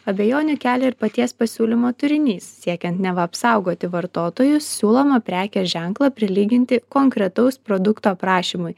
abejonių kelia ir paties pasiūlymo turinys siekiant neva apsaugoti vartotojus siūloma prekės ženklą prilyginti konkretaus produkto aprašymui